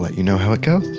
like you know how it goes.